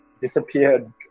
disappeared